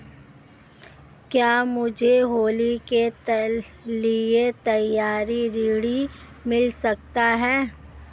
क्या मुझे होली के लिए त्यौहारी ऋण मिल सकता है?